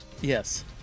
Yes